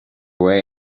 way